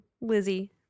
lizzie